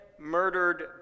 murdered